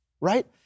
Right